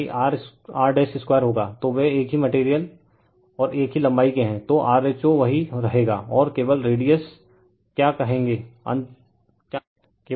तो वे एक ही मटेरियल और एक ही लंबाई के हैं तो rho वही रहेगा और केवल रेडिअस क्या कहेगा अंतर होगा